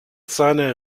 seiner